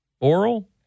Oral